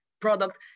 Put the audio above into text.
product